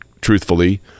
truthfully